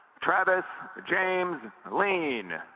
travis james lien